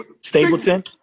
Stapleton